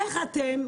איך אתם,